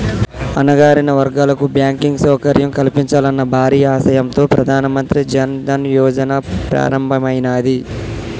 అణగారిన వర్గాలకు బ్యాంకింగ్ సౌకర్యం కల్పించాలన్న భారీ ఆశయంతో ప్రధాన మంత్రి జన్ ధన్ యోజన ప్రారంభమైనాది